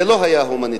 זה לא היה הומניטרי.